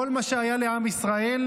כל מה שהיה לעם ישראל,